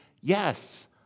yes